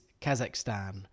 Kazakhstan